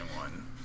one